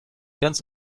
ganz